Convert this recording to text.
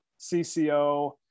CCO